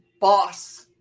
boss